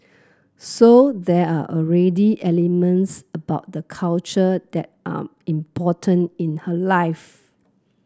so there are already elements about the culture that are important in her life